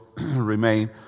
remain